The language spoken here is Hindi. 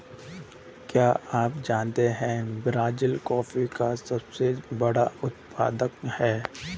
क्या आप जानते है ब्राज़ील कॉफ़ी का सबसे बड़ा उत्पादक है